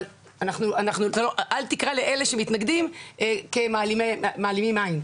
אבל אל תקרא לאלה שמתנגדים מעלימי עין,